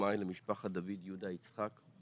תנחומיי למשפחת דוד יהודה יצחק.